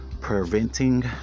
preventing